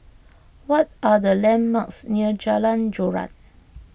what are the landmarks near Jalan Joran